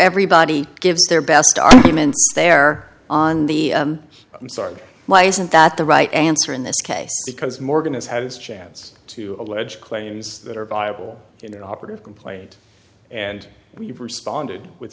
everybody gives their best argument there on the i'm sorry my isn't that the right answer in this case because morgan is has chance to allege claims that are viable in the operative complaint and you've responded with